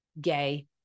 gay